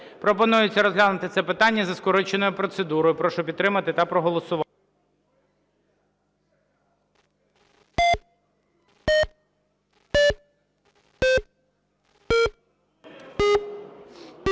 Пропонується розглянути це питання за скороченою процедурою. Прошу підтримати та проголосувати.